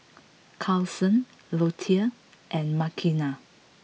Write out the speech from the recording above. Carsen Lottie and Makena